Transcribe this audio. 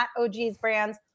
ogsbrands